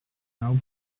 now